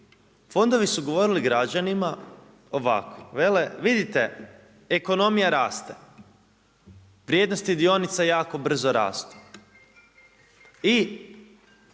Fondovi su govorili građanima ovako, vele, vidite ekonomija raste, vrijednosti dionica jako brzo rastu